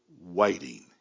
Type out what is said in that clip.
waiting